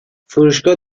فروشگاه